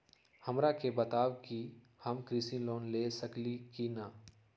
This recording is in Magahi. हमरा के बताव कि हम कृषि लोन ले सकेली की न?